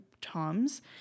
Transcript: Tom's